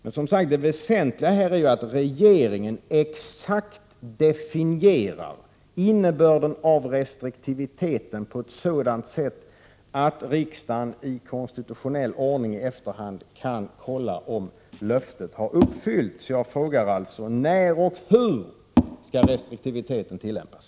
Det väsentliga är alltså att regeringen exakt definierar innebörden av restriktiviteten på ett sådant sätt att riksdagen i konstitutionell ordning i efterhand kan kontrollera om löftet har uppfyllts. Jag frågar därför när och hur restriktiviteten skall tillämpas.